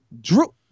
Drew